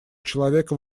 человека